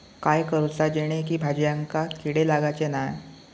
काय करूचा जेणेकी भाजायेंका किडे लागाचे नाय?